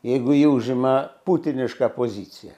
jeigu ji užima putinišką poziciją